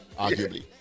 arguably